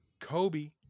Kobe